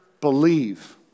believe